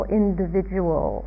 individual